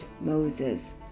Moses